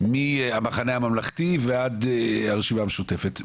מהמחנה הממלכתי ועד הרשימה המשותפת.